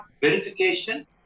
verification